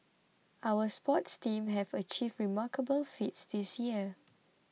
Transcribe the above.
our sports teams have achieved remarkable feats this year